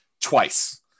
twice